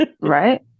Right